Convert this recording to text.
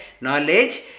knowledge